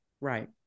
Right